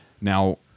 Now